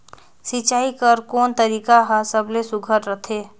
सिंचाई कर कोन तरीका हर सबले सुघ्घर रथे?